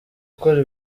gukora